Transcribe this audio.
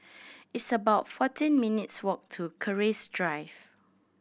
it's about fourteen minutes' walk to Keris Drive